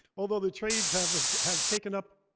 although the trades have have taken up,